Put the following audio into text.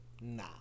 nah